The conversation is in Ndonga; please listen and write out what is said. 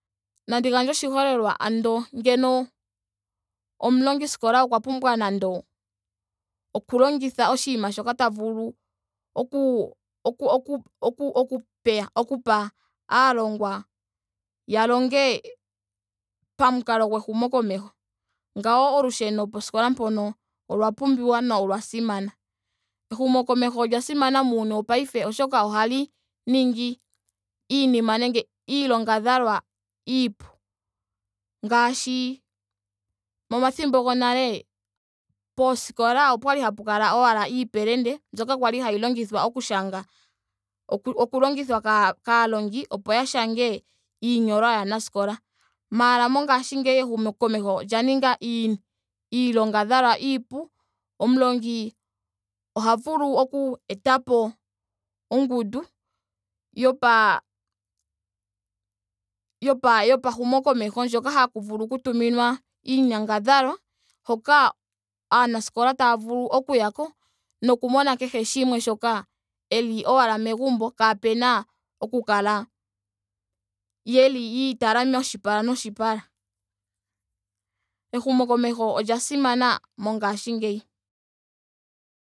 Nandi gandje oshiholelwa ando ngeno omulongiskola okwa pumbwa nando oku longiha oshinima shoka ta vulu oku- oku- oku pay- okupa aalongwa ya longe pamukalo gwehumokomeho. Ngawo olusheno poskola mpono olwa pumbiwa nolwa simana. Ehumokomeho olya simana muuyuni wopaife oshoka ohali ningi iinima nenge iilongadhalwa iipu. Ngaashi momathimbo gonale pooskola opwali hapu kala owala iipelende mbyoka kwali hayi longithwa oku shanga oku- oku longithwa kaa- kaalongi opo ya shange iinyolwa yaanaskola. Maara mongaashingeyi ehumokomeho olya ninga iin- iilongadhalwa iipu. Omulongi oha vulu oku etapo ongundu yopa yopa yopahumokomeho ndjoka haku vulu oku tuminwa iinyangadhalwa. hoka aanaskola taa vulu oku yako noku mona kehe shimwe shoka eli owala megumbo kaapena oku kala yeli yiitala moshipala noshipala. Ehumokomeho olya simana mongaashingeyi.